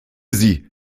sie